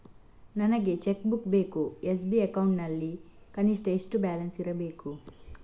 ನನಗೆ cheque book ಬೇಕು SB account ನಲ್ಲಿ ಕನಿಷ್ಠ ಎಷ್ಟು ಬ್ಯಾಲೆನ್ಸ್ ಇರಬೇಕು?